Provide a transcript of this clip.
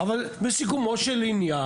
אנחנו בחודש אוקטובר 2022,